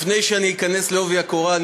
לפני שאכנס בעובי הקורה,